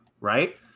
right